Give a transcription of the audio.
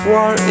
War